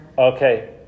Okay